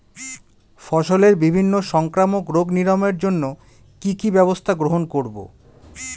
ফসলের বিভিন্ন সংক্রামক রোগ নিরাময়ের জন্য কি কি ব্যবস্থা গ্রহণ করব?